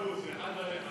100% אחד על אחד.